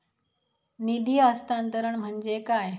निधी हस्तांतरण म्हणजे काय?